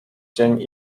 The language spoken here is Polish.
dzień